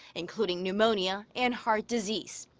including pneumonia and heart disease.